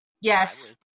Yes